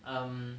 um